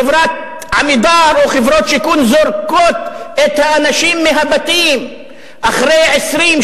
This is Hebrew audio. חברת "עמידר" או חברות שיכון זורקות את האנשים מהבתים אחרי 20,